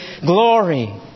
glory